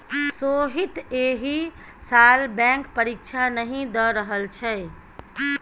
सोहीत एहि साल बैंक परीक्षा नहि द रहल छै